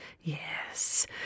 Yes